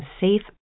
safe